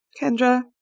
Kendra